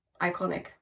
iconic